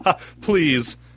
please